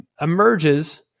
emerges